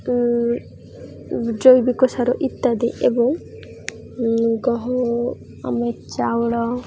ଜୈବିକ ସାର ଇତ୍ୟାଦି ଏବଂ ଗହ ଆମେ ଚାଉଳ